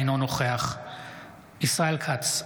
אינו נוכח ישראל כץ,